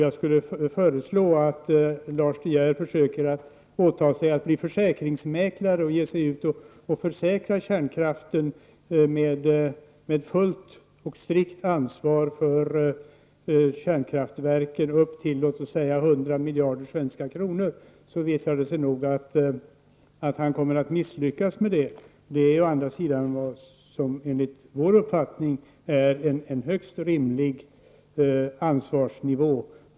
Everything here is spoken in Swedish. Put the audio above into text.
Jag föreslår att Lars De Geer försöker åta sig att bli försäkringsmäklare och ge sig ut och försäkra kärnkraften med fullt och strikt ansvar för kärnkraftverken upp till ca 100 miljarder svenska kronor. Då visar det sig nog att han misslyckas med det. Dessa 100 miljarder är å andra sidan vad som enligt vår uppfattning är en högst rimlig ansvarsnivå.